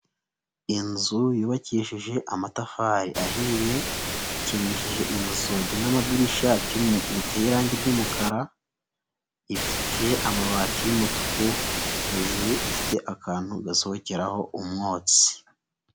Inzu yubakishije amatafari ahiye, ikingishije inzugi n'amadirisha biteye irangi ry'umukara, ifite amabati y'umutuku hejuru, ifite akantu gasohokeraho umwotsi.